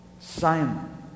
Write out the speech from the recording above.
Simon